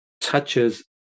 touches